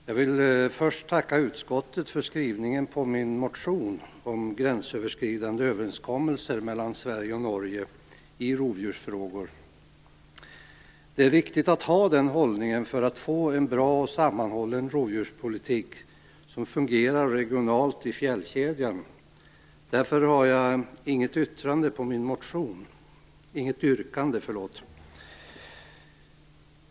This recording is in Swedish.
Fru talman! Jag vill först tacka utskottet för skrivningen när det gäller min motion om gränsöverskridande överenskommelser mellan Sverige och Norge i rovdjursfrågor. Det är viktigt att ha den hållningen för att få en bra och sammanhållen rovdjurspolitik som fungerar regionalt i fjällkedjan. Därför har jag inget yrkande i fråga om min motion.